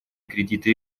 кредиты